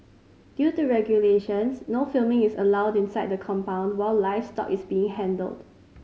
due to regulations no filming is allowed inside the compound while livestock is being handled